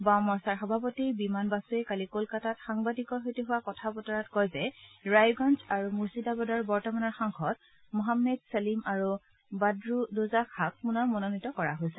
বাওমৰ্চা সভাপতি বিমান বাসুৱে কালি কলকাতাত সাংবাদিকৰ সৈতে হোৱা কথা বতৰাত কয় যে ৰায়গঞ্জ আৰু মুৰ্ছিবাদৰ বৰ্তমানৰ সাংসদ মহাম্মেদ ছলিম আৰু বাদৰুদোজা খাক পুনৰ মনোনীয় কৰা হৈছে